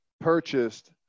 purchased